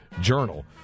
Journal